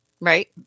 right